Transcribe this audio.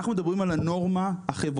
אנחנו מדברים על הנורמה החברתית,